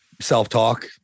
self-talk